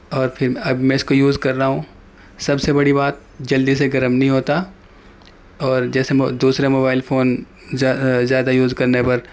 اور پھر میں اب میں اس کو یوز کر رہا ہوں سب سے بڑی بات جلدی سے گرم نہیں ہوتا اور جیسے دوسرے موبائل فون زیادہ یوز کرنے پر